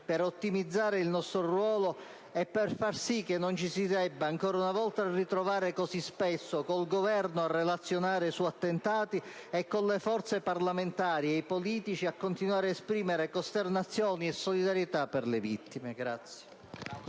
per ottimizzare il nostro ruolo e per far sì che non ci si debba ritrovare così spesso con il Governo a relazionare su attentati e con le forze parlamentari ed i politici ad esprimere costernazione e solidarietà per le vittime.